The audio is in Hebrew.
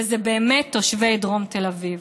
ואלה באמת תושבי דרום תל אביב.